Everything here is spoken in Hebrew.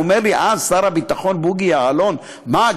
אומר לי אז שר הביטחון בוגי יעלון: מה,